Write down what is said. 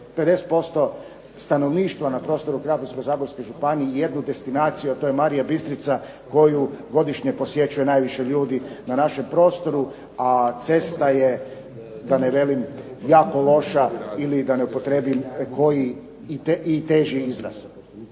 50% stanovništva na prostoru Krapinsko-zagorske županije i jednu destinaciju, a to je Marija Bistrica koju godišnje posjećuje najviše ljudi na našem prostoru, a cesta je da ne velim jako loša ili da ne upotrijebim koji i teži izraz.